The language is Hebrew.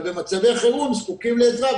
אבל במצבי חירום זקוקים לעזרה,